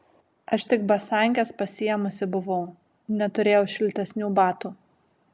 aš tik basankes pasiėmusi buvau neturėjau šiltesnių batų